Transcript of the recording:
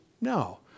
No